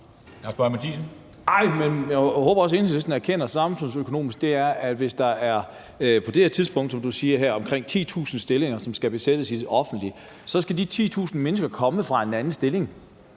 erkender det samme som økonomerne, for hvis der på det her tidspunkt er, som du siger, omkring 10.000 stillinger, som skal besættes i det offentlige, skal de 10.000 mennesker jo komme fra en anden stilling,